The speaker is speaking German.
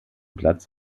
platz